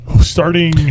Starting